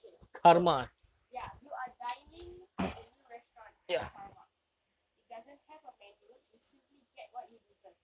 okay so ya you are dining at a new restaurant called karma it doesn't have a menu you simply get what you deserve